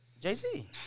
Jay-Z